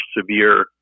severe